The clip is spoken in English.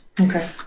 Okay